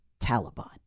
Taliban